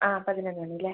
ആ പതിനൊന്ന് മണി അല്ലേ